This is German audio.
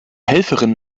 helferin